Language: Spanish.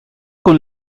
con